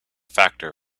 factor